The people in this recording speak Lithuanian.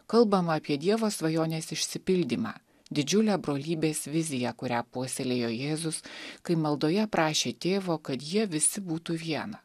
kalbama apie dievo svajonės išsipildymą didžiulę brolybės viziją kurią puoselėjo jėzus kai maldoje prašė tėvo kad jie visi būtų viena